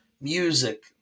music